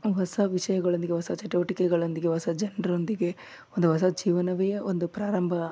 ಹೊಸ ವಿಷಯಗಳೊಂದಿಗೆ ಹೊಸ ಚಟುವಟಿಕೆಗಳೊಂದಿಗೆ ಹೊಸ ಜನರೊಂದಿಗೆ ಒಂದು ಹೊಸ ಜೀವನವೇ ಒಂದು ಪ್ರಾರಂಭ